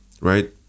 right